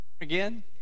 again